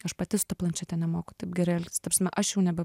aš pati su ta planšete nemoku taip gerai elgtis ta prasme aš jau nebe